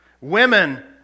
Women